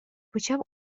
почав